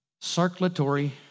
circulatory